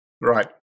Right